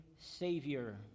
savior